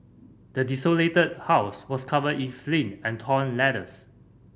the desolated house was covered in and torn letters